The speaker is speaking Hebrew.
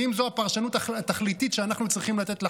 ואם זו פרשנות תכליתית שאנחנו צריכים לתת לחוק,